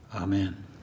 Amen